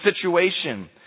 situation